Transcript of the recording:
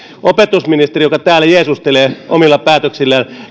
opetusministeri joka täällä jeesustelee omilla päätöksillään